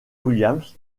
williams